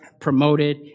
promoted